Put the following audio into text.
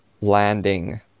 landing